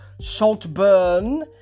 Saltburn